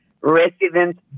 residents